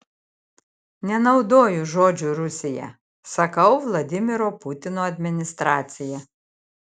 nenaudoju žodžio rusija sakau vladimiro putino administracija